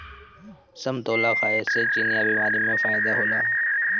समतोला खाए से चिनिया बीमारी में फायेदा होला